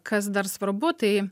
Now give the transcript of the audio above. kas dar svarbu tai